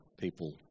people